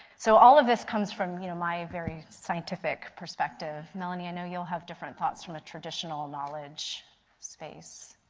so all of this comes from you know, my very scientific perspective. melanie, i know you will have different thoughts from a traditional knowledge space.